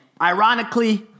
ironically